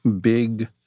big